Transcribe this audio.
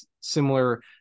similar